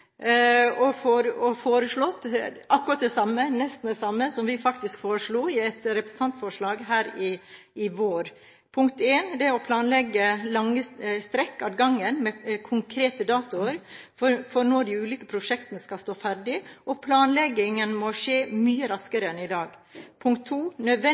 nesten det samme som vi foreslo i et representantforslag i vår: Det må planlegges lange strekk ad gangen, med konkrete datoer for når de ulike prosjektene skal stå ferdig, og planleggingen må skje mye raskere enn i dag. Nødvendig